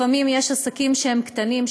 לפעמים יש עסקים שהם קטנים,